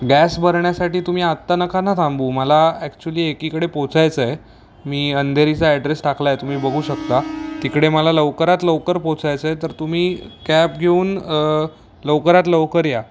gas भरण्यासाठी तुम्ही आत्ता नका ना थांबू मला ॲक्च्युली एक पोचायचं आहे मी अंधेरीचा ॲड्रेस टाकलाय तुम्ही बघू शकता तिकडे मला लवकरात लवकर पोचायचंय तर तुम्ही कॅब घेऊन लवकरात लवकर या